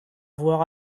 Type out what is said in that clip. avoir